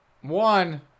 One